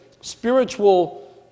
spiritual